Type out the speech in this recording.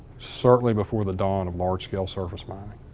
certainly before the dawn of large-scale surface mining.